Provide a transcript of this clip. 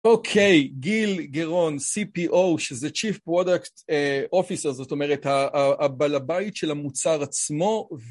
אוקיי, גיל גרון, CPO, שזה Chief Product Officer, זאת אומרת הבעל בית של המוצר עצמו